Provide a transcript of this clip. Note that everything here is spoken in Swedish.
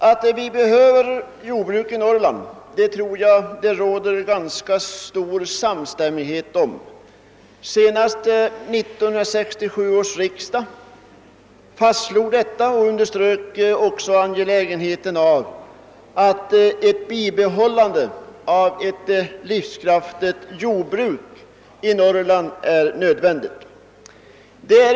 Att vi behöver jordbruk i Norrland tror jag att det råder ganska stor samstämmighet om. Senast 1967 års riksdag fastslog detta och underströk att bibehållandet av ett livskraftigt jordbruk i Norrland är nödvändigt.